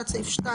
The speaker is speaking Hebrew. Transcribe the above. תת סעיף 2,